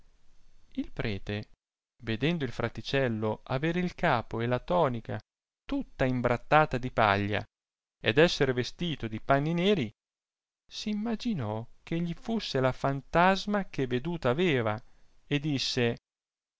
il prete vedendo il fraticello aver il capo e la tonica tutta imbrattata di paglia ed esser vestito di panni neri s'imaginò ch'egli fusse la fantasma che veduta aveva e disse